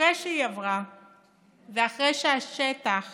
אחרי שהיא עברה ואחרי שהשטח